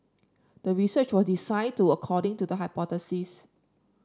the research was designed to according to the hypothesis